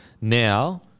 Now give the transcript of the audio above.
Now